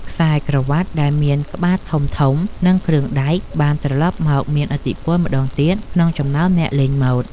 ខ្សែក្រវាត់ដែលមានក្បាលធំៗនិងគ្រឿងដែក បានត្រឡប់មកមានឥទ្ធិពលម្តងទៀតក្នុងចំណោមអ្នកលេងម៉ូដ។